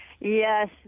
Yes